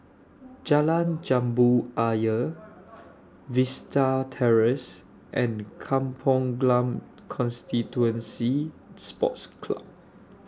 Jalan Jambu Ayer Vista Terrace and Kampong Glam Constituency Sports Club